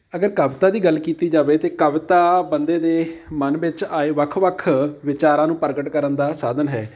ਅਗਰ ਕਵਿਤਾ ਦੀ ਗੱਲ ਕੀਤੀ ਜਾਵੇ ਤਾਂ ਕਵਿਤਾ ਬੰਦੇ ਦੇ ਮਨ ਵਿੱਚ ਆਏ ਵੱਖ ਵੱਖ ਵਿਚਾਰਾਂ ਨੂੰ ਪ੍ਰਗਟ ਕਰਨ ਦਾ ਸਾਧਨ ਹੈ